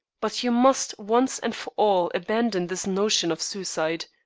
but you must once and for all abandon this notion of suicide.